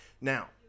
Now